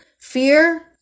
fear